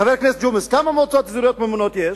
חבר הכנסת ג'ומס, כמה מועצות אזוריות ממונות יש?